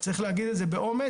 צריך להגיד את זה באומץ,